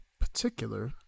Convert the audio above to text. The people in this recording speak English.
particular